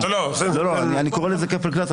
אני קורא לזה כפל קנס.